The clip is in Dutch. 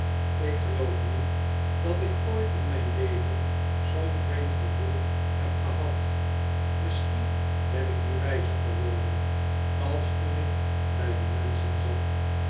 ik geloof niet dat ik ooit in mijn leven zoo'n vreemd gevoel heb gehad misschien ben ik nu wijzer geworden als toen ik bij die menschen zat